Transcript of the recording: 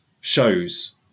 shows